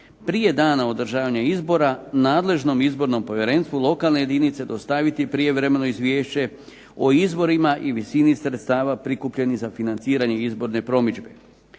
prije dana održavanja izbora nadležnom izbornom povjerenstvu lokalne jedinice dostaviti prijevremeno izvješće o izborima i visini sredstava prikupljenih za financiranje izborne promidžbe.